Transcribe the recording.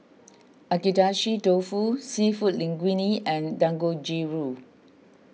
Agedashi Dofu Seafood Linguine and Dangojiru